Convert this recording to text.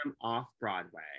Off-Broadway